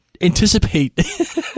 anticipate